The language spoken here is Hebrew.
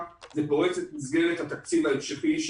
זה פורץ את מסגרת התקציב ההמשכי.